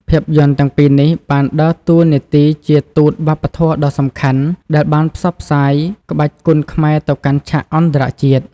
ភាពយន្តទាំងពីរនេះ បានដើរតួនាទីជាទូតវប្បធម៌ដ៏សំខាន់ដែលបានផ្សព្វផ្សាយក្បាច់គុនខ្មែរទៅកាន់ឆាកអន្តរជាតិ។